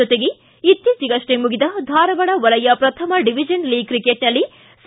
ಜೊತೆಗೆ ಇತ್ತೀಚಿಗಷ್ಟೇ ಮುಗಿದ ಧಾರವಾಡ ವಲಯ ಪ್ರಥಮ ಡಿವಿಜನ್ ಲೀಗ್ ತ್ರಿಕೆಟ್ನಲ್ಲಿ ಸಿ